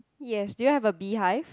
yes do you have a beehive